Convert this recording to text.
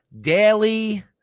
daily